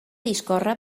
discorre